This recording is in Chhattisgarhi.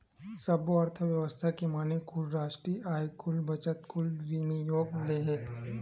सब्बो अर्थबेवस्था के माने कुल रास्टीय आय, कुल बचत, कुल विनियोग ले हे